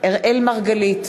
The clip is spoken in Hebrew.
אראל מרגלית,